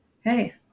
Hey